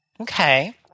Okay